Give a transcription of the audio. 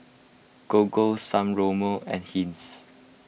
Gogo San Remo and Heinz